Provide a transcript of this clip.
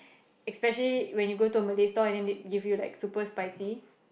especially when you go to Malay stall and they give you like super spicy